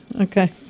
Okay